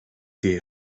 diye